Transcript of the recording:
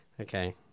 Okay